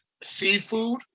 seafood